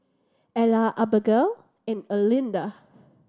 Ellar Abagail and Erlinda